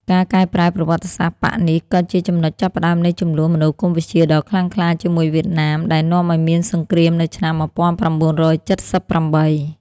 ការកែប្រែប្រវត្តិសាស្ត្របក្សនេះ ក៏ជាចំណុចចាប់ផ្ដើមនៃជម្លោះមនោគមវិជ្ជាដ៏ខ្លាំងក្លាជាមួយវៀតណាម ដែលនាំឱ្យមានសង្គ្រាមនៅឆ្នាំ១៩៧៨។